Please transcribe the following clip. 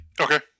Okay